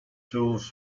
tools